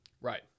right